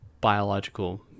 biological